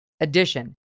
addition